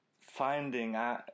finding